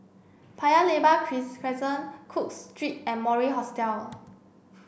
Paya Lebar Crescent Cook Street and Mori Hostel